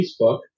Facebook